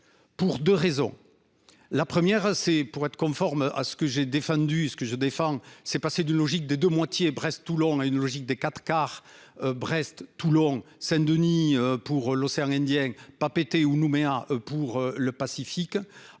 Pour 2 raisons. La première c'est pour être conforme à ce que j'ai défendu ce que je défends, c'est passé d'une logique de de moitié, Brest, Toulon, à une logique des quatre car, Brest, Toulon, Saint-Denis. Pour l'océan Indien Papeete ou Nouméa pour le Pacifique,